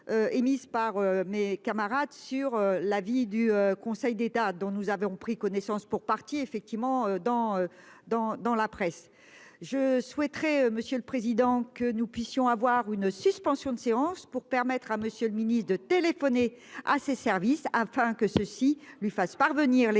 Émises par mes camarades sur l'avis du Conseil d'État dont nous avons pris connaissance pour partie effectivement dans dans dans la presse. Je souhaiterais, Monsieur le Président que nous puissions avoir une suspension de séance pour permettre à Monsieur le Ministre, de téléphoner à ses services afin que ceux-ci lui fasse parvenir les documents